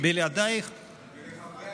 בלעדייך, ולחברי